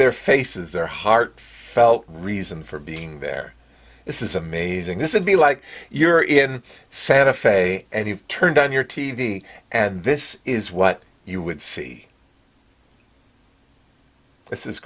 their faces their heart felt reason for being there this is amazing this is me like you're in santa fe and he turned on your t v and this is what you would see this is